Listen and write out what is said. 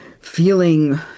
feeling